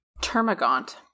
Termagant